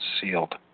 sealed